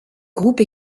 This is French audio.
groupe